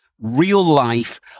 real-life